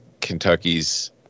Kentucky's